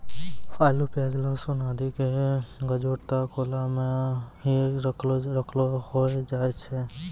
आलू, प्याज, लहसून आदि के गजूर त खुला मॅ हीं रखलो रखलो होय जाय छै